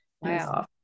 wow